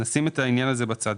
נשים את העניין הזה בצד.